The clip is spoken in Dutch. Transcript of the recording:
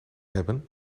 hebben